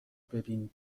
ببین